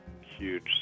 huge